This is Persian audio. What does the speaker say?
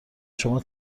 شما